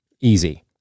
Easy